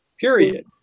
period